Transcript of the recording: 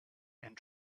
and